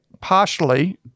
partially